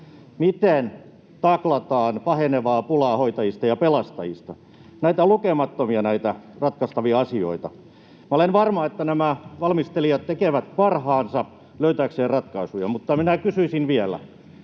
Miten taklataan pahenevaa pulaa hoitajista ja pelastajista? Näitä ratkaistavia asioita on lukemattomia. Minä olen varma, että nämä valmistelijat tekevät parhaansa löytääkseen ratkaisuja, mutta minä kysyisin vielä: